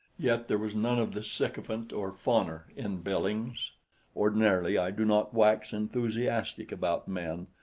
yet there was none of the sycophant or fawner in billings ordinarily i do not wax enthusiastic about men,